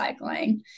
recycling